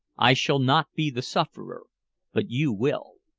i shall not be the sufferer but you will.